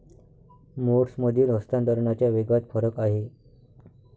मोड्समधील हस्तांतरणाच्या वेगात फरक आहे